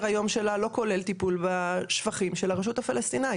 היום שלה לא כולל טיפול בשפכים של הרשות הפלסטינאית,